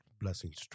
blessings